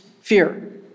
fear